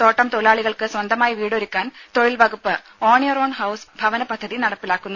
തോട്ടം തൊഴിലാളികൾക്ക് സ്വന്തമായി വീട് ഒരുക്കാൻ തൊഴിൽ വകുപ്പ് ഓൺ യുവർ ഓൺ ഹൌസ് ഭവന പദ്ധതി നടപ്പാക്കുന്നു